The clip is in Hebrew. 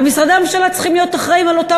ומשרדי הממשלה צריכים להיות אחראים לאותם